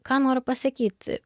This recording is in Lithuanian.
ką noriu pasakyt